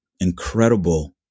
incredible